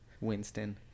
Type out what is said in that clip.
Winston